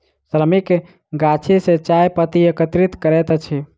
श्रमिक गाछी सॅ चाय पत्ती एकत्रित करैत अछि